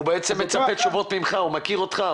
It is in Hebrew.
הוא בעצם מצפה לתשובות ממך כי הוא מכיר אותך,